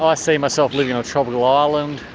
i see myself living on a tropical ah island.